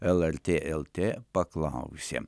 lrt lt paklausė